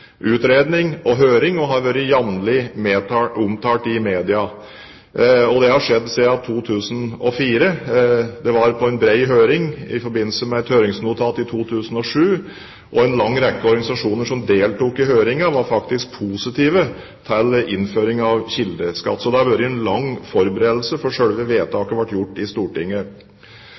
utredning og høring, og har jevnlig blitt omtalt i media. Saken har vært omtalt siden 2004, og forslaget var på en bred høring i forbindelse med et høringsnotat i 2007. En lang rekke organisasjoner som deltok i høringen, var faktisk positive til innføring av kildeskatt. Så det har vært en lang forberedelse før selve vedtaket ble gjort i Stortinget.